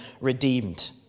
redeemed